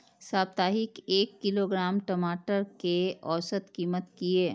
साप्ताहिक एक किलोग्राम टमाटर कै औसत कीमत किए?